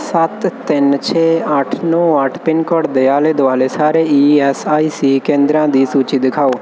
ਸੱਤ ਤਿੰਨ ਛੇ ਅੱਠ ਨੌਂ ਅੱਠ ਪਿੰਨ ਕੋਡ ਦੇ ਆਲੇ ਦੁਆਲੇ ਸਾਰੇ ਈ ਐੱਸ ਆਈ ਸੀ ਕੇਂਦਰਾਂ ਦੀ ਸੂਚੀ ਦਿਖਾਓ